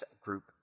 group